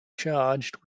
charged